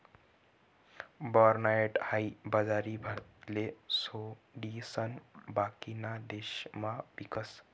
barnyard हाई बाजरी भारतले सोडिसन बाकीना देशमा पीकस